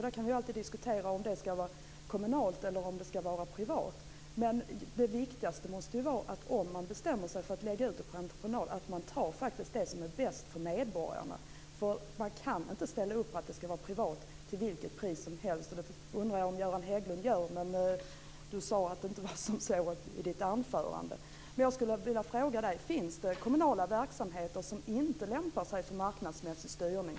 Vi kan alltid diskutera om detta skall vara kommunalt eller privat, men det viktigaste måste ju vara - om man bestämmer sig för att lägga ut det på entreprenad - att man faktiskt tar det som är bäst för medborgarna. Man kan inte ställa upp på att det skall vara privat till vilket pris som helst. Det undrar jag om Göran Hägglund gör, även om han i sitt anförande sade att det inte var så. Jag skulle vilja fråga Göran Hägglund: Finns det kommunala verksamheter som inte lämpar sig för marknadsmässig styrning?